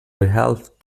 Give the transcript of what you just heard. behalf